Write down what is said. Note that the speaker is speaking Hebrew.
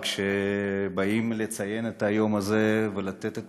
אבל כשבאים לציין את היום הזה ולתת את